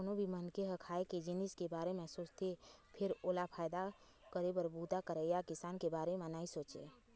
कोनो भी मनखे ह खाए के जिनिस के बारे म सोचथे फेर ओला फायदा करे के बूता करइया किसान के बारे म नइ सोचय